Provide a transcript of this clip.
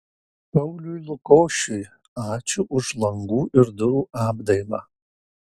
pauliui lukošiui ačiū už langų ir durų apdailą